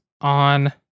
on